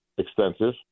extensive